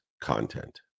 content